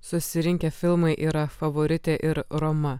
susirinkę filmai yra favoritė ir roma